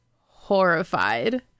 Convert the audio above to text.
horrified